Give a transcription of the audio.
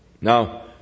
Now